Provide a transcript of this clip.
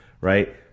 right